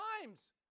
times